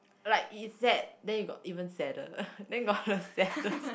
like is sad then you got even sadder then got the saddest